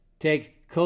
Take